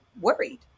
worried